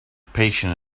patient